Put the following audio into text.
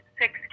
six